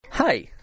Hi